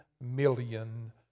million